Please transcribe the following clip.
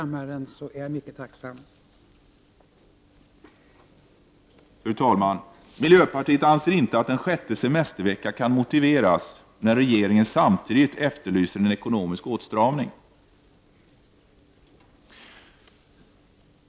Miljöpartiet anser inte att en sjätte semestervecka kan motiveras när regeringen samtidigt efterlyser en ekonomisk åtstramning.